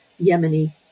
Yemeni